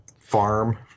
farm